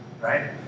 right